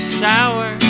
sour